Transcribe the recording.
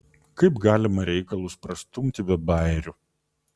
kaip galima reikalus prastumti be bajerių